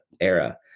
era